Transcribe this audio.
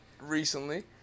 recently